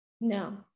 No